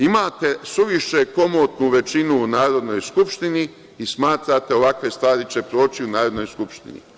Imate suviše komotnu većinu u Narodnoj skupštini i smatrate ovakve stvari će proći u Narodnoj skupštini.